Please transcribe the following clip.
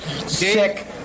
sick